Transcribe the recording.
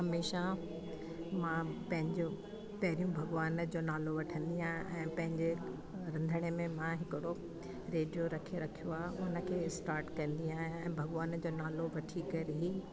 हमेशह मां पैंजो पहिरियों भॻिवान जो नालो वठंदी आयां ऐं पंहिंजे रंधिणे में मां हिकिड़ो रेडियो रखे रखियो आहे हुन खे स्टाट कंदी आहियां ऐं भॻिवान जो नालो वठी करे ई